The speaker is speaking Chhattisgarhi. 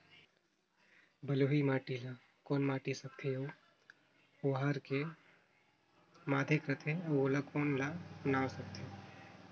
बलुही माटी ला कौन माटी सकथे अउ ओहार के माधेक राथे अउ ओला कौन का नाव सकथे?